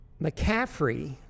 McCaffrey